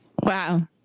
Wow